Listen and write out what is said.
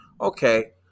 Okay